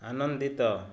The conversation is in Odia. ଆନନ୍ଦିତ